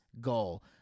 goal